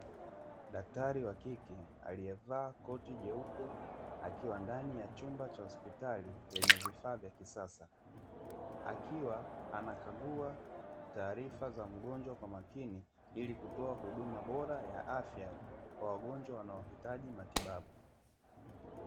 Daktari wa kike aliyevaa koti jeupe akiwa ndani ya chumba cha hospitali lenye vifaa vya kisasa, akiwa anakagua taarifa za mgonjwa kwa makini ili kutoa huduma bora ya afya kwa wagonjwa wanaohitaji matibabu.